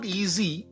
easy